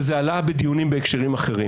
וזה עלה בדיונים בהקשרים אחרים,